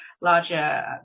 larger